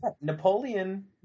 Napoleon